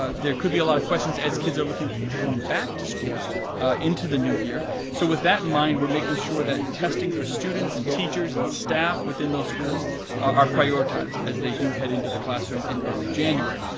ah there could be a lot of questions as kids are looking to come back to school into the new year so with that in mind we're making sure that testing for students and teachers and staff within those schools are prioritized, as they do head into the classroom in early january.